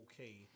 okay